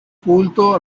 culto